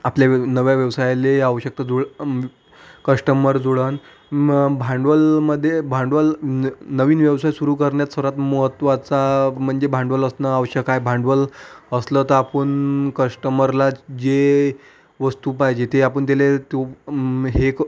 आपल्या नव्या व्यवसायाले आवश्यकता जुळं कश्टंबर जुळंन मग भांडवलमध्ये भांडवल न नवीन व्यवसाय सुरू करण्यात सर्वात महत्त्वाचा म्हणजे भांडवल असणं आवश्यक आहे भांडवल असलं तर आपण कस्टमरला जे वस्तू पाहिजे ते आपण त्याला तो हेक